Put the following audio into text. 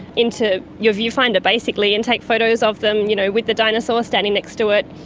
into your viewfinder basically, and take photos of them you know with the dinosaur standing next to it,